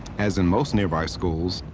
as in most nearby schools,